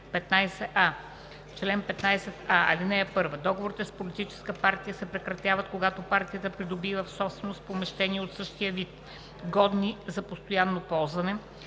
15а: „Чл. 15а. (1) Договорите с политическа партия се прекратяват, когато партията придобие в собственост помещения от същия вид, годни за постоянно ползване,